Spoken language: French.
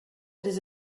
des